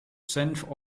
senf